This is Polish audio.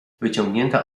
wyciągnięta